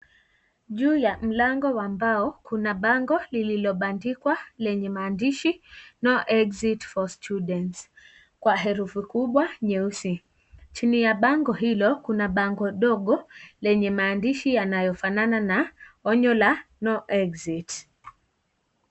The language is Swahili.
Juu ya mlango wa mbao kuna bango lililobandikwa lenye maandishi no exit for students kwa herufi kubwa nyeusi, chini ya bango hilo kuna bango dogo lenye maandishi yanayofanana na no exit .